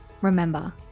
remember